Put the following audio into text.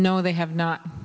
no they have not